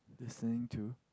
listening to